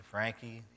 Frankie